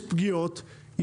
יש פגיעות,